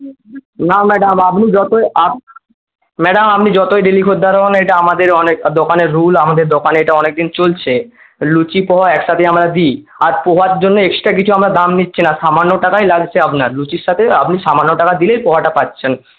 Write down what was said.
না ম্যাডাম আপনি যতই ম্যাডাম ডেলি খদ্দের হোন এটা আমাদের অনেক দোকানের রুল আমাদের দোকানে এটা অনেক দিন চলছে লুচি পোহা একসাথে আমরা দিই আর পোহার জন্য এক্সট্রা কিছু আমরা দাম নিচ্ছি না সামান্য টাকাই লাগছে আপনার লুচির সাথে আপনি সামান্য টাকা দিলে পোহাটা পাচ্ছেন